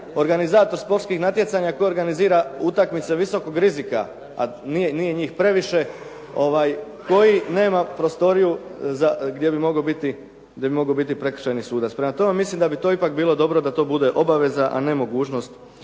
organizator sportskih natjecanja koji organizira utakmice visokih rizika a nije njih previše koji nema prostoriju gdje bi mogao biti prekršajni sudac. Prema tome, mislim da bi to ipak bilo dobro da to bude obaveza a ne mogućnost